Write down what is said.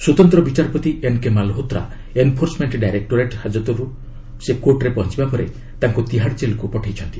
ସ୍ୱତନ୍ତ୍ର ବିଚାରପତି N K Malhotra enforcement directorate ହାଜତର୍ ସେ କୋର୍ଟରେ ପହଞ୍ଚବା ପରେ ତାଙ୍କୁ ତିହାଡ଼ ଜେଲ୍କୁ ପଠେଇଛନ୍ତି